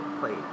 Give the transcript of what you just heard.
played